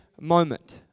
moment